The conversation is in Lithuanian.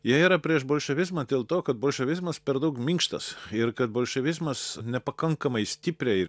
jie yra prieš bolševizmą dėl to kad bolševizmas per daug minkštas ir kad bolševizmas nepakankamai stipriai